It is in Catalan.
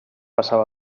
passava